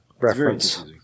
reference